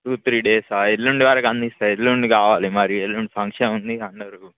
two three డేసా ఎల్లుండి వరకు అందిస్తాను ఎల్లుండి కావాలి మరి ఎల్లుండి ఫంక్షన్ ఉంది ఇక అందరూ